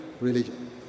religion